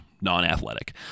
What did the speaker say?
non-athletic